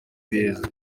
beza